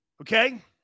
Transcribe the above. okay